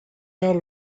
out